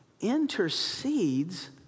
intercedes